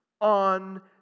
on